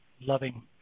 loving